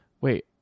wait